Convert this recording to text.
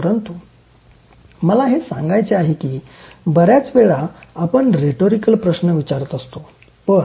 परंतु मला हे सांगायचे आहे की बर्याच वेळा आपण रेटोरीकल प्रश्न विचारत असतो